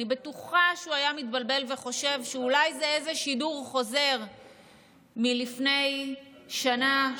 אני בטוחה שהוא היה מתבלבל וחושב שאולי זה איזה שידור חוזר מלפני שנה,